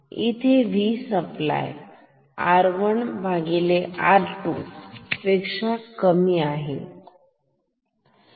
इथे V supply R 1R 2पेक्षा कमी आई लिहितो